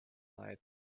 night